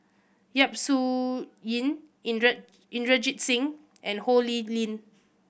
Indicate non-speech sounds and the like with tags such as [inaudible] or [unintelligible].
Yap Su Yin [unintelligible] Inderjit Singh and Ho Lee Ling